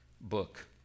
book